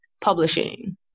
publishing